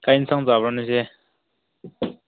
ꯀꯔꯤ ꯑꯦꯟꯁꯥꯡ ꯆꯥꯕ꯭ꯔꯥ ꯉꯁꯤ